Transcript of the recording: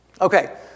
Okay